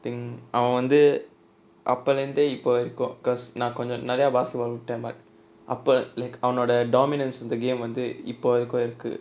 அவன் வந்து அப்பலிருந்து இப்பவரைக்கும்:avan vanthu appalirunthu ippavaraikkum because நா கொஞ்சம் நிறையா:naa konjam niraiya basketball உட்டேன்:uttaen but அப்ப:appa like அவனோட:avanoda dominance in the game வந்து இப்ப வரைக்கும் இருக்கு:vanthu ippa varaikkum irukku